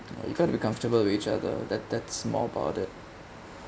you've got to be comfortable with each other that that's more about it